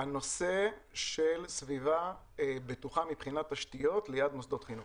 הנושא של סביבה בטוחה מבחינת תשתיות ליד מוסדות חינוך.